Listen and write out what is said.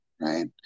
right